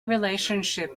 relationship